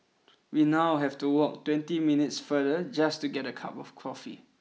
we now have to walk twenty minutes farther just to get a cup of coffee